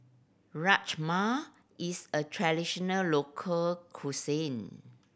Rajma is a traditional local cuisine